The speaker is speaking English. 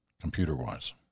computer-wise